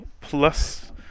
Plus